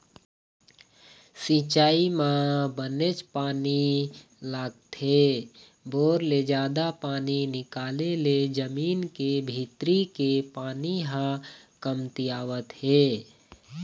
सिंचई म बनेच पानी लागथे, बोर ले जादा पानी निकाले ले जमीन के भीतरी के पानी ह कमतियावत हे